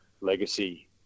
legacy